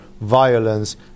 violence